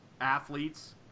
athletes